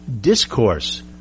discourse